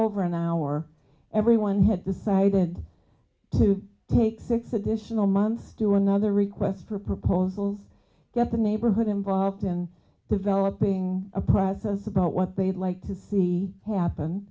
over an hour everyone had decided to take six additional months do another request for proposals get the neighborhood and brought them developing a process about what they'd like to see happen